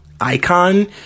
icon